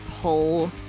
pull